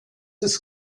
his